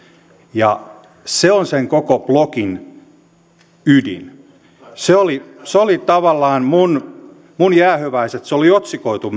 ja se on sen koko blogin ydin se oli se oli tavallaan minun minun jäähyväiseni se myös oli otsikoitu